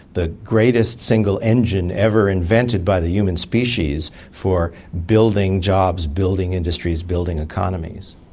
the greatest single engine ever invented by the human species for building jobs, building industries, building economies.